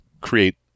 create